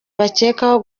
bakekwaho